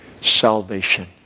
salvation